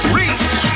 reach